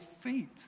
feet